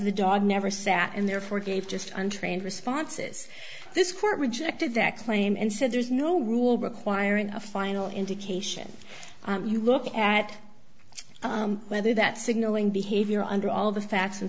the dog never sat and therefore gave just untrained responses this court rejected that claim and said there is no rule requiring a final indication you look at whether that signaling behavior under all the facts